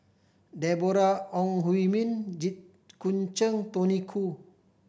Deborah Ong Hui Min Jit Koon Ch'ng Tony Khoo